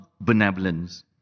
benevolence